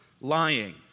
lying